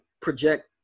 project